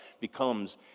becomes